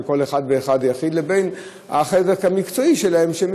כל אחד ואחד יחיד לבין הצד המקצועי שלהם,